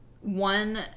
one